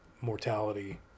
mortality